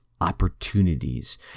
opportunities